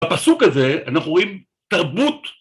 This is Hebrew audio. ‫בפסוק הזה אנחנו רואים תרבות.